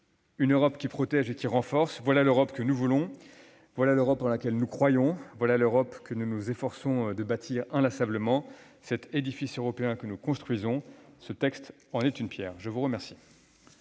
une Europe qui protège et qui renforce : voilà l'Europe que nous voulons. Voilà l'Europe en laquelle nous croyons et que nous nous efforçons de bâtir inlassablement. De cet édifice européen que nous construisons, ce texte est une pierre. La parole